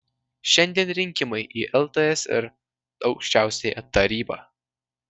šiandien rinkimai į ltsr aukščiausiąją tarybą